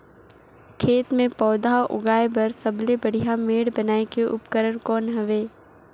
खेत मे पौधा उगाया बर सबले बढ़िया मेड़ बनाय के उपकरण कौन हवे?